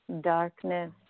darkness